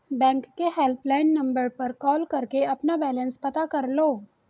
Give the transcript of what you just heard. bank के helpline number पर call करके अपना बैलेंस पता कर लो